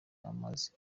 amazi